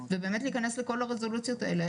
ובאמת להיכנס לכל הרזולוציות האלה.